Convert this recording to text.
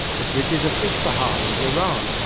the bridges of isfahan in iran,